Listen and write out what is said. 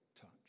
touch